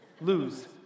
lose